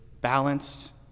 balanced